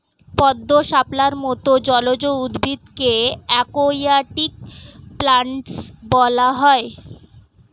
পদ্ম, শাপলার মত জলজ উদ্ভিদকে অ্যাকোয়াটিক প্ল্যান্টস বলা হয়